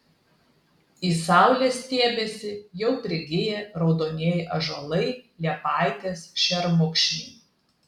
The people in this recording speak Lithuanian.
į saulę stiebiasi jau prigiję raudonieji ąžuolai liepaitės šermukšniai